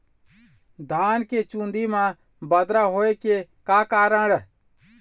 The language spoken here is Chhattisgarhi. धान के चुन्दी मा बदरा होय के का कारण?